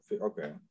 okay